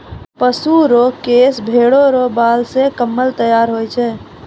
पशु रो केश भेड़ा रो बाल से कम्मल तैयार करै छै